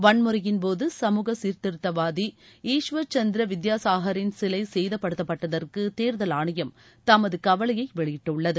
வன்முறையின்போது சமூக சீர்திருத்தவாதி ஈஷ்வர் சந்திர வித்யாசாகரின் சிலை சேதப்படுத்தப்பட்டதற்கு தேர்தல் ஆணையம் தமது கவலையை வெளியிட்டுள்ளது